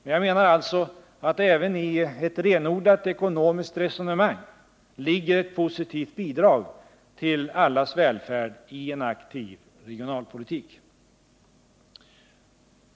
Men jag menar alltså att det även i ett renodlat ekonomiskt resonemang ligger ett positivt bidrag till allas välfärd i en aktiv regionalpolitik.